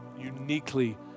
uniquely